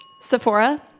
Sephora